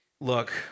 look